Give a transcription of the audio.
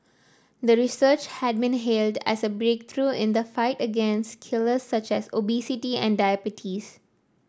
the research had been hailed as a breakthrough in the fight against killers such as obesity and diabetes